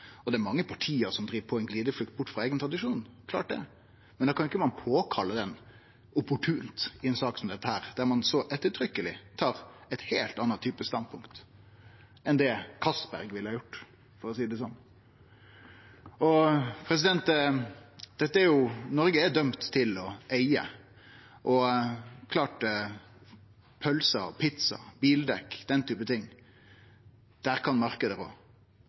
Det er mange parti som driv på i glideflukt bort frå eigen tradisjon – klart det – men da kan ein ikkje opportunt påkalle han i ei sak som denne, der ein så ettertrykkeleg tar ein heilt annan type standpunkt enn det Castberg ville ha gjort, for å seie det slik. Dette er Noreg dømt til å eige. Det er klart at når det gjelder pølser, pizza, bildekk og den typen ting, der kan